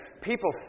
people